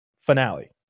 finale